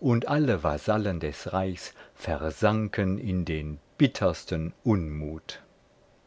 und alle vasallen des reichs versanken in den bittersten unmut